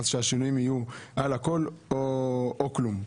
אז שהשינויים יהיו על הכול או כלום.